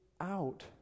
out